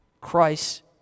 Christ